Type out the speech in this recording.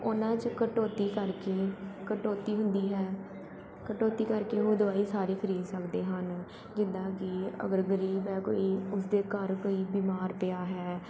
ਉਹਨਾਂ 'ਚ ਕਟੌਤੀ ਕਰਕੇ ਕਟੌਤੀ ਹੁੰਦੀ ਹੈ ਕਟੌਤੀ ਕਰਕੇ ਉਹ ਦਵਾਈ ਸਾਰੀ ਖਰੀਦ ਸਕਦੇ ਹਨ ਜਿੱਦਾਂ ਕਿ ਅਗਰ ਗਰੀਬ ਹੈ ਕੋਈ ਉਸਦੇ ਘਰ ਕੋਈ ਬਿਮਾਰ ਪਿਆ ਹੈ